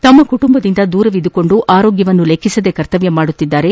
ತಮ್ಮ ಕುಟುಂಬದಿಂದ ದೂರವಿದ್ದುಕೊಂಡು ಆರೋಗ್ಯವನ್ನು ಲೆಕ್ಕಿಸದೆ ಕರ್ತವ್ಯ ಮಾಡುತ್ತಿದ್ದಾರೆ